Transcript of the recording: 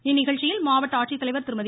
இந்நிகழ்ச்சியில் மாவட்ட ஆட்சித்தலைவர் திருமதி